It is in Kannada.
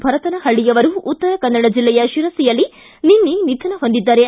ಭರತನಹಳ್ಳಿ ಉತ್ತರಕನ್ನಡ ಜಿಲ್ಲೆಯ ಶಿರಸಿಯಲ್ಲಿ ನಿನ್ನೆ ನಿಧನ ಹೊಂದಿದ್ದಾರೆ